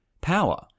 power